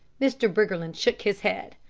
mr. briggerland shook his head.